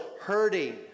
hurting